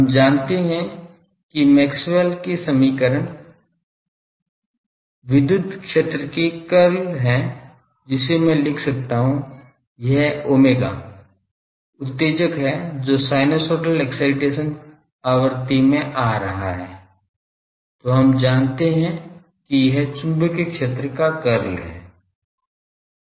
हम जानते हैं कि मैक्सवेल के समीकरण विद्युत क्षेत्र के कर्ल हैं जिसे मैं लिख सकता हूं यह ओमेगा उत्तेजक है जो साइनसोइडल एक्साइटेशन आवृत्ति में आ रहा है तो हम जानते हैं कि यह चुंबकीय क्षेत्र का कर्ल है